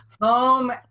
home